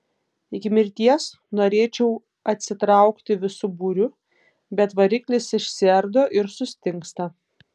iki mirties norėčiau atsitraukti visu būriu bet variklis išsiardo ir sustingsta